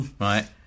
right